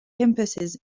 campuses